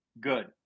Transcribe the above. good